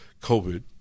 COVID